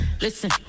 Listen